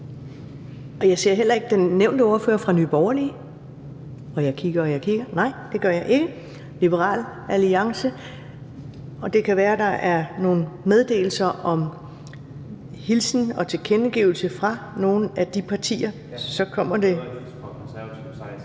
og jeg ser heller ikke den nævnte ordfører fra Nye Borgerlige eller fra Liberal Alliance. Det kan være, der er nogle meddelelser med hilsener og tilkendegivelser fra nogle af de partier. (Christoffer